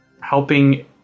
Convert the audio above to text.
helping